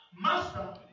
Master